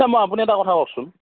মই আপুনি এটা কথা কওকচোন